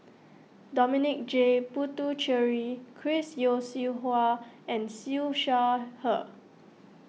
Dominic J Puthucheary Chris Yeo Siew Hua and Siew Shaw Her